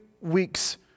weeks